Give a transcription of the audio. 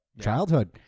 childhood